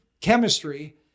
chemistry